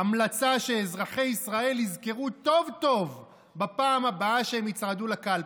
המלצה שאזרחי ישראל יזכרו טוב-טוב בפעם הבאה שהם יצעדו לקלפי.